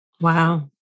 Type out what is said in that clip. Wow